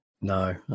No